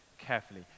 carefully